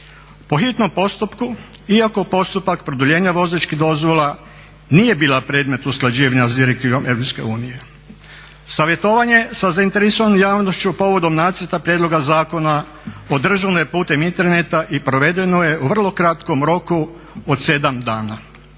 Po hitnom postupku iako postupak produljenja vozačkih dozvola nije bila predmet usklađivanja s direktivom EU. Savjetovanje sa zainteresiranom javnošću povodom nacrta prijedloga zakona održana je putem interneta i provedeno je u vrlo kratkom roku od 7 dana